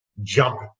jump